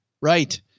Right